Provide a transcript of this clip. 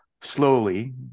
slowly